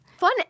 Fun